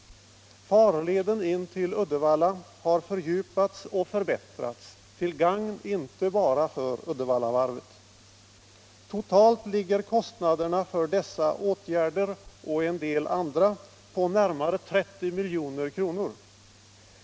Farleden in till Uddevalla har fördjupats och förbättrats till gagn inte bara för Uddevallavarvet. Totalt är kostnaderna för dessa och en del andra åtgärder närmare 30 milj.kr.